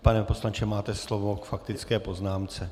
Pane poslanče, máte slovo k faktické poznámce.